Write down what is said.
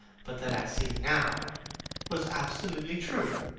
but that i see now was absolutely true,